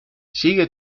sigue